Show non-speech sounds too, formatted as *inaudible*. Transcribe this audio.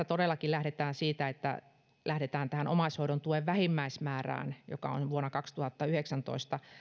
*unintelligible* todellakin lähdetään siitä että lähdetään tähän omaishoidon tuen vähimmäismäärään joka on vuonna kaksituhattayhdeksäntoista